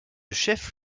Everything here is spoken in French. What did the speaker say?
chef